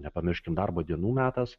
nepamirškim darbo dienų metas